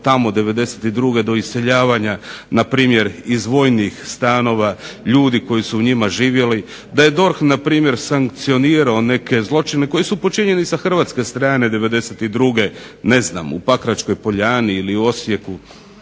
tamo '92. do iseljavanja npr. iz vojnih stanova ljudi koji su u njima živjeli. Da je DORH npr. sankcionirao neke zločine koji su počinjeni sa hrvatske strane '92. ne znam u Pakračkoj poljani ili u Osijeku